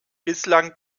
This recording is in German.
bislang